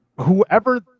whoever